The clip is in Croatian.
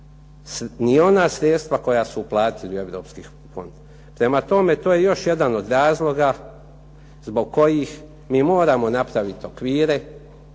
ni ona sredstva koja uplatili u europski fond. Prema tome, to je još jedan od razloga zbog kojih mi moramo napraviti okvire,